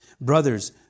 Brothers